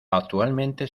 actualmente